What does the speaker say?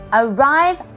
arrive